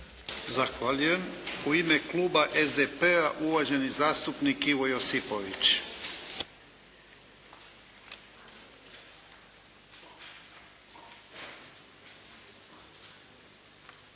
Zahvaljujem. U ime kluba SDP-a, uvaženi zastupnik Ivo Josipović.